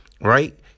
Right